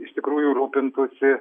iš tikrųjų rūpintųsi